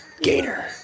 Gator